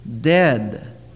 dead